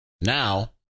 now